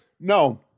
no